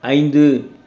ஐந்து